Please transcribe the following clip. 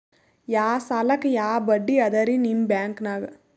ಯಾ ಸಾಲಕ್ಕ ಯಾ ಬಡ್ಡಿ ಅದರಿ ನಿಮ್ಮ ಬ್ಯಾಂಕನಾಗ?